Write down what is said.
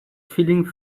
filing